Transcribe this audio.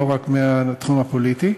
לא רק מהתחום הפוליטי.